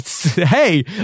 hey